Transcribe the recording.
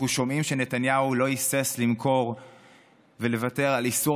אנחנו שומעים שנתניהו לא היסס למכור ולוותר על איסור